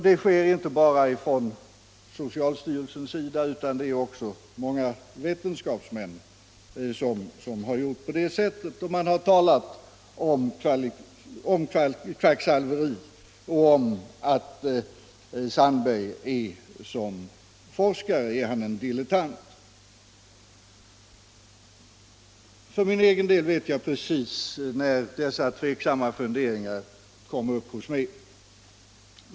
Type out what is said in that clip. Det är inte bara socialstyrelsen utan också många vetenskapsmän som gjort det. Man har talat om kvacksalveri och menat att Sandberg som forskare är en dilettant. För min del vet jag precis när dessa tveksamma funderingar föddes hos mig.